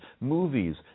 movies